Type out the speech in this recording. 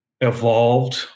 evolved